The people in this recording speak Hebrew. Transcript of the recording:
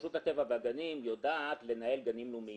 רשות הטבע והגנים יודעת לנהל גנים לאומיים,